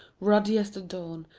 ruddy as the dawn,